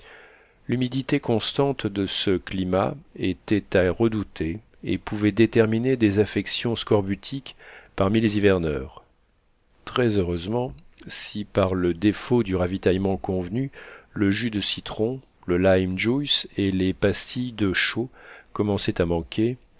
l'humidité constante de ce climat était à redouter et pouvait déterminer des affections scorbutiques parmi les hiverneurs très heureusement si par le défaut du ravitaillement convenu le jus de citron le lime juice et les pastilles de chaux commençaient à manquer